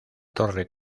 torre